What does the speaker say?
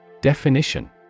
Definition